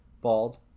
bald